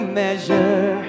measure